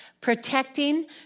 Protecting